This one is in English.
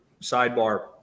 sidebar